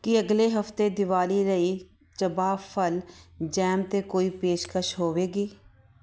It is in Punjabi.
ਕੀ ਅਗਲੇ ਹਫਤੇ ਦੀਵਾਲੀ ਲਈ ਚਬਾ ਫਲ ਜੈਮ 'ਤੇ ਕੋਈ ਪੇਸ਼ਕਸ਼ ਹੋਵੇਗੀ